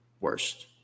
worst